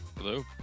Hello